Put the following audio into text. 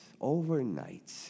Overnight